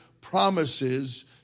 promises